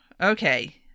okay